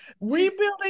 Rebuilding